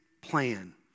plan